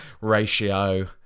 Ratio